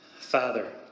Father